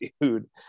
dude